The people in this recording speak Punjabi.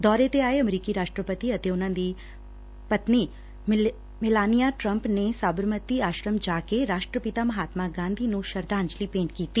ਦੌਰੇ ਤੇ ਆਏ ਅਮਰੀਕੀ ਰਾਸ਼ਟਰਪਤੀ ਅਤੇ ਉਨੂਾਂ ਦੀ ਪਤਨੀ ਮੇਲਾਨੀਆ ਟਰੰਪ ਨੇ ਸਾਬਰਮਤੀ ਆਸ਼ਰਮ ਜਾ ਕੇ ਰਾਸ਼ਟਰਪਿਤਾ ਮਾਹਤਮਾ ਗਾਂਧੀ ਨੂੰ ਸ਼ਰਧਾਂਜਲੀ ਭੇਂਟ ਕੀਤੀ